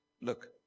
look